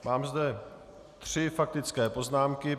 Mám zde tři faktické poznámky.